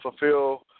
fulfill